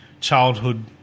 childhood